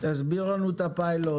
תסביר לנו את הפיילוט.